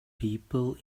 people